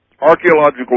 archaeological